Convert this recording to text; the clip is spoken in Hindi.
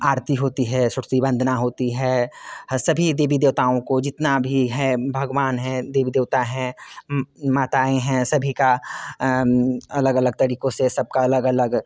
आरती होती है सरस्वती वंदना होती है अ सभी देवी देवताओं को जितना भी है भगवान है देवी देवता है माताएँ हैं सभी का अलग अलग तरीक़ों से सब का अलग अलग